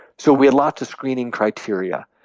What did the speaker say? so we had lots of screening criteria.